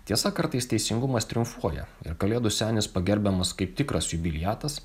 tiesa kartais teisingumas triumfuoja ir kalėdų senis pagerbiamas kaip tikras jubiliatas